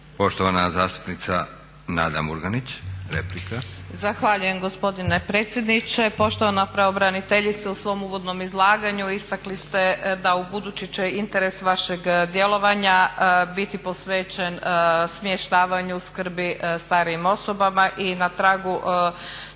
Poštovana zastupnica Nada Murganić, replika. **Murganić, Nada (HDZ)** Zahvaljujem gospodine predsjedniče. Poštovana pravobraniteljice, u svom uvodnom izlaganju istakli ste da ubuduće će interes vašeg djelovanja biti posvećen smještavanju, skrbi starijim osobama i na tragu